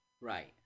Right